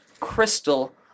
Crystal